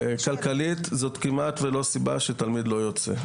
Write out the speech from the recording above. כלכלית זאת כמעט ולא סיבה שתלמיד לא יוצא.